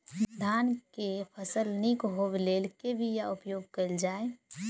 धान केँ फसल निक होब लेल केँ बीया उपयोग कैल जाय?